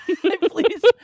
Please